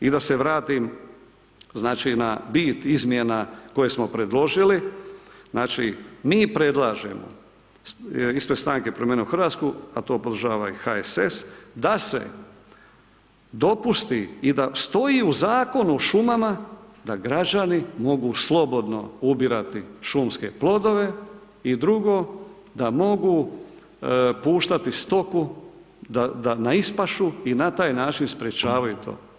I da se vratim znači na bit izmjena koje smo predložili, znači mi predlažemo ispred stranke Promijenimo Hrvatsku, a to podržava i HSS, da se dopusti i da stoji u Zakonu o šumama da građani mogu slobodno ubirati šumske plodove i drugo, da mogu puštati stoku na ispašu i na taj način sprječavaju to.